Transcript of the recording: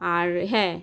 আর হ্যাঁ